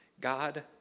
God